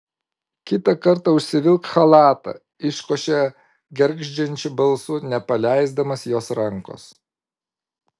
kitą kartą užsivilk chalatą iškošė gergždžiančiu balsu nepaleisdamas jos rankos